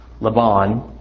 Laban